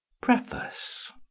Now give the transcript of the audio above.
Preface